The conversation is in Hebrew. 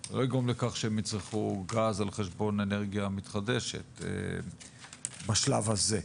זה לא יגרום לכך שהם יצרכו גז על חשבון אנרגיה מתחדשת בשלב הזה,